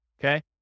Okay